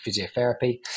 physiotherapy